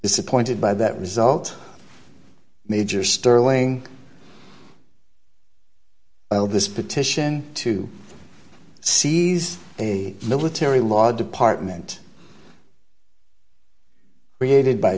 disappointed by that result major sterling this petition to seize the military law department created by